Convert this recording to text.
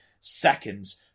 seconds